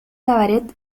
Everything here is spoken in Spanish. cabaret